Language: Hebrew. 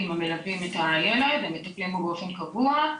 המלווים את הילד ומטפלים בו באופן קבוע,